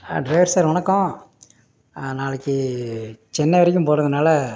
driver sir வணக்கம் நாளைக்கு சென்னை வரைக்கும் போறதுனால்